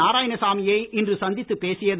நாராயணசாமி யை இன்று சந்தித்துப் பேசியது